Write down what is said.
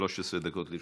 13 דקות לרשותך.